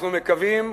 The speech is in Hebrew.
אנחנו מקווים,